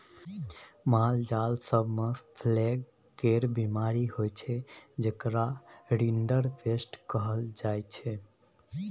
मालजाल सब मे प्लेग केर बीमारी होइ छै जेकरा रिंडरपेस्ट कहल जाइ छै